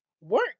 work